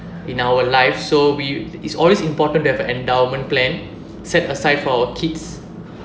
in our life so we it's always important to have an endowment plan set aside for our kids